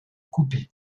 coupé